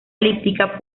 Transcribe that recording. elíptica